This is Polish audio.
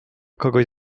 kogoś